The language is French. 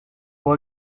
pour